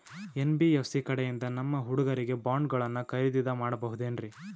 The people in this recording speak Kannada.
ಎನ್.ಬಿ.ಎಫ್.ಸಿ ಕಡೆಯಿಂದ ನಮ್ಮ ಹುಡುಗರಿಗೆ ಬಾಂಡ್ ಗಳನ್ನು ಖರೀದಿದ ಮಾಡಬಹುದೇನ್ರಿ?